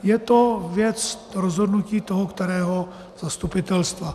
Je to věc rozhodnutí toho kterého zastupitelstva.